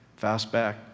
fastback